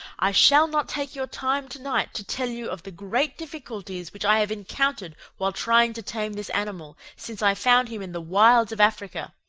i shall not take your time tonight to tell you of the great difficulties which i have encountered while trying to tame this animal, since i found him in the wilds of africa.